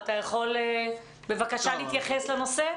אתה יכול להתייחס לנושא?